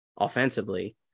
offensively